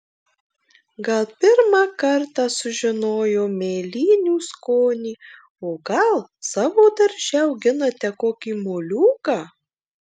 gal pirmą kartą sužinojo mėlynių skonį o gal savo darže auginate kokį moliūgą